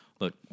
Look